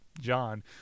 John